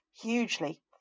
Hugely